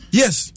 yes